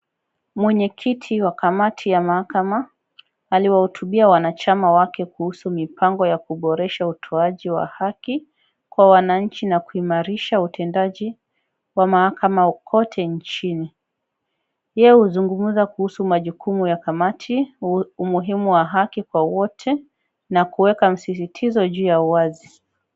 Mwenye kiti wa kamati ya mahakama aliwahutubia wanachama wake kuhusu mipango ya kuboresha utoaji wa haki kwa wananchi na kuimarisha utendaji wa mahakama kote nchini. Pia huzungumza kuhusu majukumu ya kamati, umuhimu wa haki kwa wote na kuweka msisitizo juu ya uwazi.